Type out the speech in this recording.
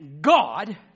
God